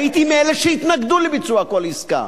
הייתי מאלה שהתנגדו לביצוע כל עסקה.